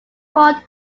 four